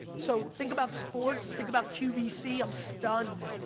so, think about sports, think about qvc, i'm stunned.